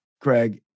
Craig